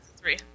three